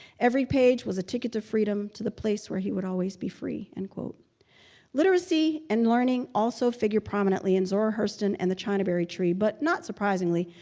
every page was a ticket to freedom, to the place where he would always be free and literacy and learning also figure prominently in zora hurston and the chinaberry tree, but, not surprisingly,